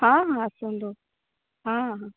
ହଁ ହଁ ଆସନ୍ତୁ ହଁ ହଁ